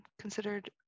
considered